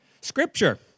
Scripture